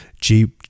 Jeep